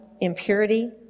impurity